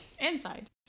inside